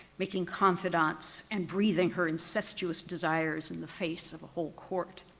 making confidants and breathing her incestuous desires in the face of a whole court.